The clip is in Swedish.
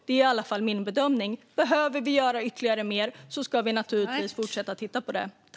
Det är i alla fall min bedömning. Om vi behöver göra mer ska vi naturligtvis fortsätta att titta på det.